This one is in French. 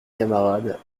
camarades